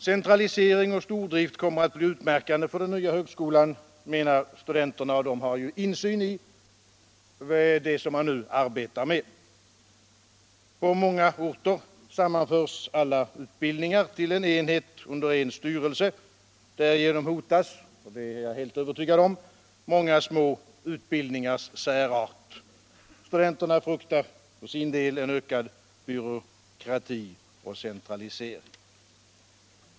Centralisering och stordrift kommer att bli utmärkande för den nya högskolan, menar studenterna, och de har ju insyn i det som man nu arbetar med. På många orter sammanförs all utbildning till en enhet under en styrelse. Därigenom hotas — det är jag helt övertygad om —- många små utbildningars särart. Studenterna fruktar för sin del en ökad byråkrati och centralisering.